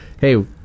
hey